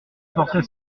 portrait